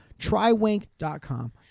Trywink.com